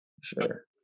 Sure